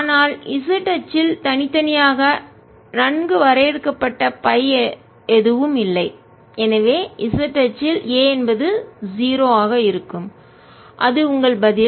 ஆனால் z அச்சில் தனித்தனியாக நன்கு வரையறுக்கப்பட்ட பை எதுவும் இல்லை எனவே z அச்சில் A என்பது 0 ஆக இருக்கும் அது உங்கள் பதில்